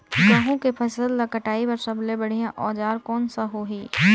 गहूं के फसल ला कटाई बार सबले बढ़िया औजार कोन सा होही?